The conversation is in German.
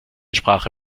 sprache